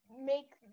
make